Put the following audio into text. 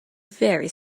very